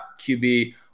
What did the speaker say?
QB